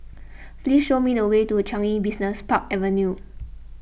please show me the way to Changi Business Park Avenue